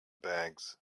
bags